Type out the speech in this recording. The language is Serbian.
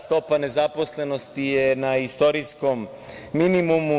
Stopa nezaposlenosti je na istorijskom minimumu.